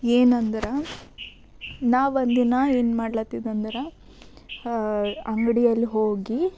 ಏನೆಂದ್ರೆ ನಾ ಒಂದಿನ ಏನು ಮಾಡ್ಲಾತ್ತಿದ್ದನೆಂದ್ರೆ ಅಂಗಡಿಯಲ್ಲಿ ಹೋಗಿ